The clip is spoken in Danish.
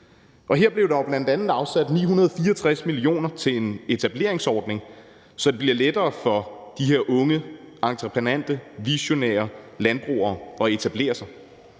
Her blev der bl.a. afsat 964 mio. kr. til en etableringsordning, så det bliver lettere for de her unge, entreprenante, visionære landbrugere at etablere sig.